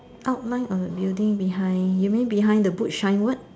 outline of a building behind you mean behind the book shine word